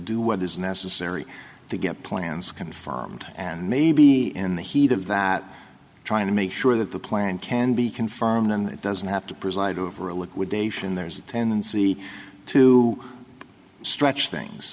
do what is necessary to get plans confirmed and maybe in the heat of that trying to make sure that the plan can be confirmed and doesn't have to preside over a liquidation there's a tendency to stretch things